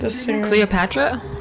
Cleopatra